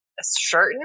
Certain